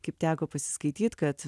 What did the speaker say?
kaip teko pasiskaityt kad